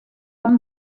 haben